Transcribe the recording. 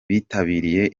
bitabiriye